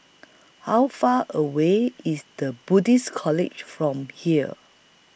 How Far away IS The Buddhist College from here